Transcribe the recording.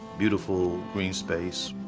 beautiful green space.